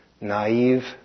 naive